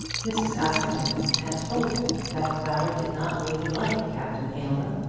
mrs. askerton had told him that clara did not really like captain aylmer.